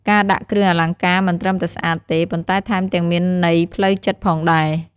ការដាក់គ្រឿងអលង្ការមិនត្រឹមតែស្អាតទេ ប៉ុន្តែថែមទាំងមានន័យផ្លូវចិត្តផងដែរ។